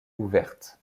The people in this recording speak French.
ouverte